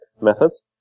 methods